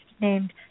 named